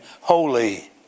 holy